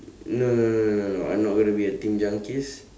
no no no no no I'm not going to be a team junkies